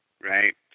right